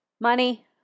Money